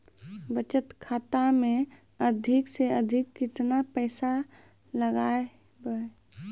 बचत खाता मे अधिक से अधिक केतना पैसा लगाय ब?